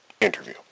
interview